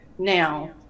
Now